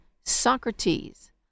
socrates